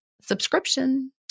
subscription